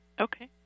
Okay